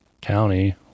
county